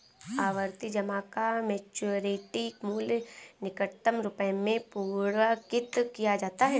आवर्ती जमा का मैच्योरिटी मूल्य निकटतम रुपये में पूर्णांकित किया जाता है